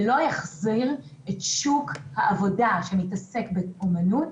זה לא יחזיר את שוק העבודה שמתעסק באמנות